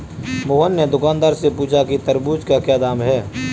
मोहन ने दुकानदार से पूछा कि तरबूज़ का क्या दाम है?